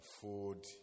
food